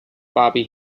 bobby